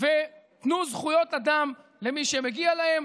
ותנו זכויות אדם למי שמגיע להם.